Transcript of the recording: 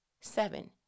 Seven